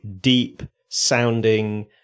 deep-sounding